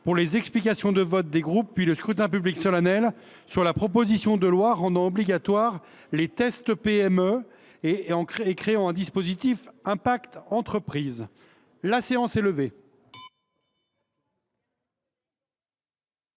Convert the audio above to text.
soir : Explications de vote des groupes puis scrutin public solennel sur la proposition de loi rendant obligatoires les « tests PME » et créant un dispositif « Impact Entreprises » (texte de